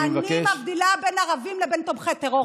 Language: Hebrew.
אני מבדילה בין ערבים לבין תומכי טרור.